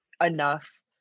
enough